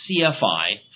CFI